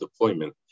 deployment